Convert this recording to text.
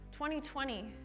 2020